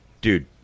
Dude